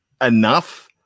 enough